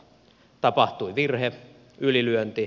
tapahtui virhe ylilyönti